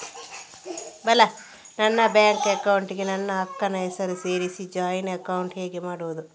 ನನ್ನ bank account ಗೆ ನನ್ನ ಅಕ್ಕ ನ ಹೆಸರನ್ನ ಸೇರಿಸಿ ಜಾಯಿನ್ ಅಕೌಂಟ್ ಹೇಗೆ ಮಾಡುದು?